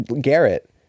Garrett